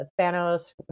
Thanos